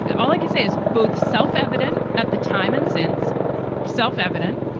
all i could say is both self-evident at the time and since self-evident.